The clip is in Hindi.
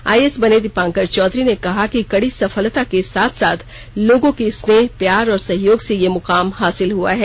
आईएएस बने दीपांकर चौधरी ने कहा कि कड़ी सफलता के साथ साथ लोगों के स्नेह प्यार और सहयोग से यह मुकाम हासिल हुआ है